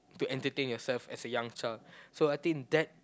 to entertain yourself as a young child so I think that